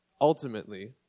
ultimately